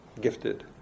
gifted